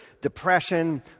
depression